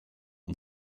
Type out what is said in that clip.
und